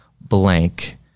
blank